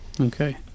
Okay